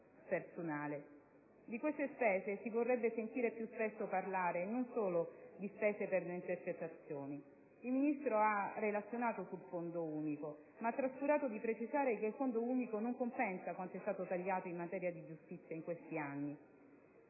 Di queste spese si vorrebbe sentire più spesso parlare, e non solo di spese per le intercettazioni. Il Ministro ha riferito sul Fondo unico, ma ha trascurato di precisare che il Fondo unico non compensa quanto è stato tagliato in materia di giustizia in questi anni.